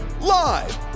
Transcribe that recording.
live